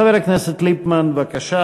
חבר הכנסת ליפמן, בבקשה.